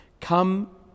Come